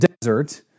desert